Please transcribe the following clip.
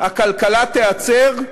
הכלכלה תיעצר?